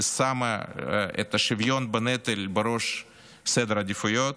ששמה את השוויון בנטל בראש סדר העדיפויות,